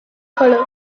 colour